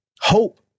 hope